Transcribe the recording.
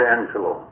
Angelo